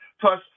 Plus